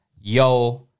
Yo